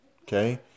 okay